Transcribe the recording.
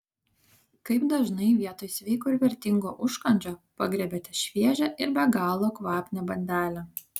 kaip dažnai vietoj sveiko ir vertingo užkandžio pagriebiate šviežią ir be galo kvapnią bandelę